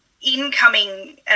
incoming